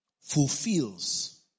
fulfills